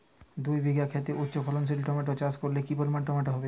দুই বিঘা খেতে উচ্চফলনশীল টমেটো চাষ করলে কি পরিমাণ টমেটো হবে?